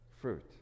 fruit